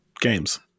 Games